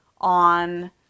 on